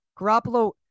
Garoppolo